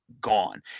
gone